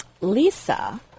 Lisa